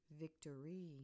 Victory